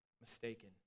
mistaken